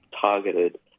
targeted